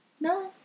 No